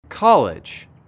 College